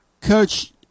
Coach